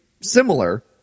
similar